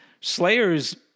slayers